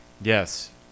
Yes